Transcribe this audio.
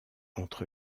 entre